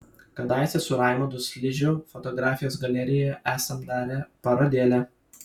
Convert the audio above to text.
kadaise su raimundu sližiu fotografijos galerijoje esam darę parodėlę